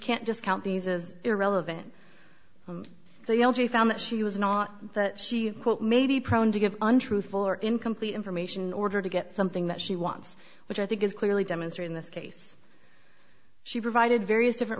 can't discount these as irrelevant the l g found that she was not that she quote may be prone to give untruthful or incomplete information order to get something that she wants which i think is clearly demonstrate in this case she provided various different